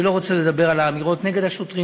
אני לא רוצה לדבר על האמירות נגד השוטרים